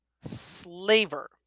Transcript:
slaver